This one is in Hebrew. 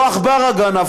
לא עכברא גנב,